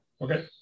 okay